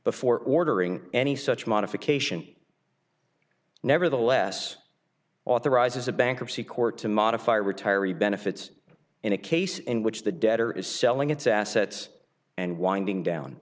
before ordering any such modification nevertheless authorizes a bankruptcy court to modify retiree benefits in a case in which the debtor is selling its assets and winding down